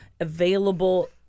available